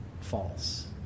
false